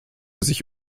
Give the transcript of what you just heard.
sich